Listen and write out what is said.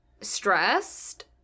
stressed